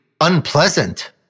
unpleasant